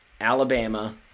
Alabama